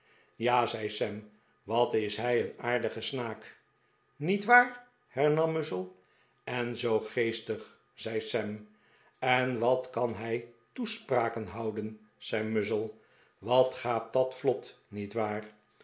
ja zei sam wat is hij een aardige snaak niet waar hernam muzzle en zoo geestig zei sam en wat kan hij toespraken houden zei muzzle wat gaat dat vlot niet waar